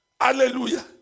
Hallelujah